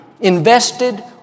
Invested